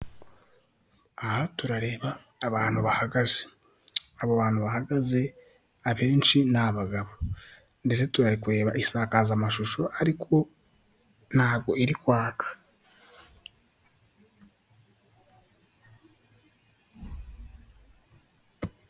Aha turareba abantu bahagaze, abo bantu bahagaze abenshi ni abagabo ndetse tunari kureba isakazamashusho ariko ntabwo iri kwaka.